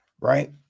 Right